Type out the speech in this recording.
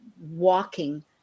walking